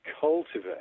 cultivate